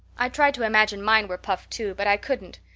i tried to imagine mine were puffed, too, but i couldn't.